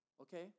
okay